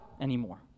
anymore